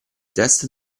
test